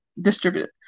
distributed